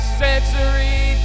sensory